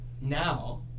now